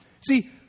see